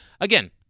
Again